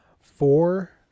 four